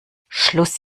schluss